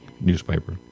newspaper